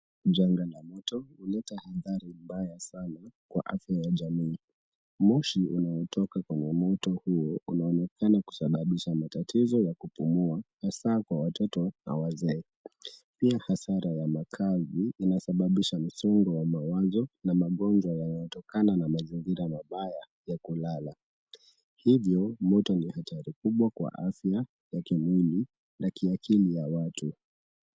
Janga la moto huleta athari sana kwa afya ya jamii. Moshi unayotoka kwenye moto huo unaonekana kusababisha matatizo ya kupumua hasa kwa watoto na wazee pia hasara ya makazi inasababisha misongo ya mawazo na magonjwa yanayotokana na mazingira mabaya ya kulala, hivyo moto ni hatari kubwa kwa afya ya kimwili na kiakili ya watu.